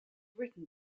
written